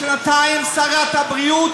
היית שנתיים שרת הבריאות.